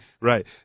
Right